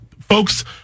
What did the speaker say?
folks